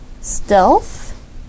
stealth